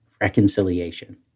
reconciliation